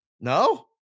No